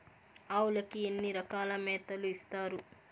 ఆవులకి ఎన్ని రకాల మేతలు ఇస్తారు?